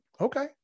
Okay